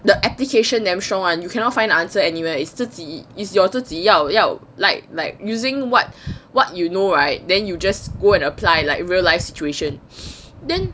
the application damn strong one you cannot find answer anywhere is 自己 is your 自己要要 like like using what what you know right then you just go and apply like real life situation then